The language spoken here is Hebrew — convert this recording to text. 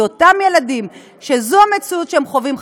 כי אותם ילדים שזו המציאות שהם חווים,